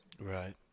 Right